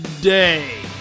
day